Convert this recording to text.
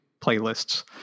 playlists